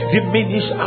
Diminish